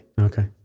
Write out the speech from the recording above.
Okay